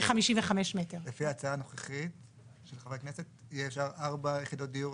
הפשרת התכנית היא זו שתקבע, מבחינת תמ"א 35,